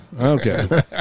Okay